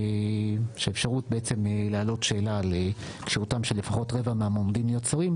האפשרות להעלות שאלה על כשירותם של לפחות רבע מהמועמדים לשרים,